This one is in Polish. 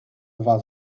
dwa